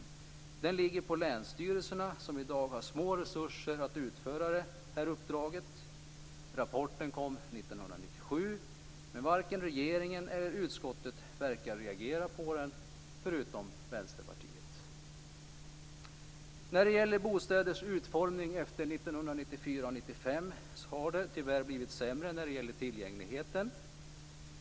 Ansvaret för den ligger på länsstyrelserna, som i dag har små resurser att utföra det här uppdraget. Rapporten kom 1997, men varken regeringen eller utskottet verkar reagera på den, förutom Vänsterpartiet. När det gäller bostäders utformning efter 1994 och 1995 har det tyvärr blivit sämre med tillgängligheten.